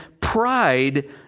pride